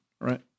right